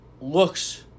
looks